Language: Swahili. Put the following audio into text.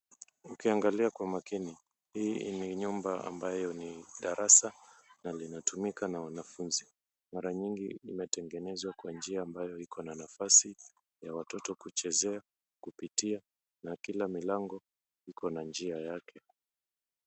Ukiangalia kwa makini hii ni nyumba ambayo ni darasa na linatumika na wanafunzi. Mara nyingi imetengenezwa kwa njia ambayo iko na nafasi ya watoto kuchezea, kupitia na kila milango iko na njia yake.